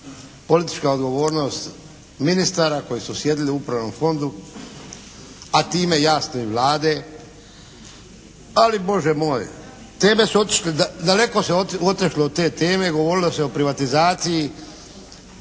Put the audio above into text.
politička odgovornost ministara koji su sjedili u Upravnom fondu, a time jasno i Vlade, ali Bože moj. Teme su otišle, daleko se otišlo od te teme. Govorilo se o privatizaciji.